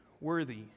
worthy